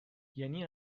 یعنی